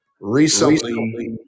recently